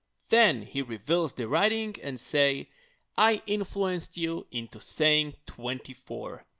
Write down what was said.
then he reveals the writing and say i influenced you into saying twenty four.